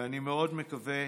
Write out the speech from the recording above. ואני מאוד מקווה